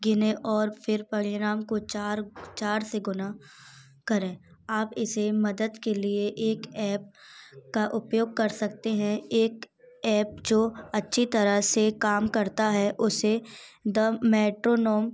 गिने और फिर परिणाम को चार चार से गुना करें आप इसे मदद के लिए के लिए एक ऐप का उपयोग कर सकते है एक ऐप जो अच्छी तरह से काम करता है उसे द मेट्रोनोम